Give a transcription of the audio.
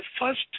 first